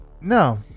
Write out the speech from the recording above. No